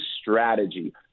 strategy